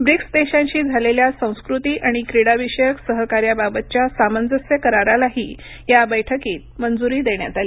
BRICS देशांशी झालेल्या संस्कृती आणि क्रीडा विषयक सहकार्याबाबतच्या सामंजस्य करारालाही या बैठकीत मंजुरी देण्यात आली